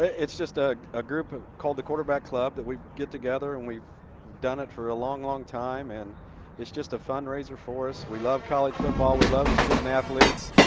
it's just a a group called the quarterback club that we get together and we've done it for a long long time and it's just a fundraiser for us. we love college football. we love the student athletes.